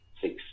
six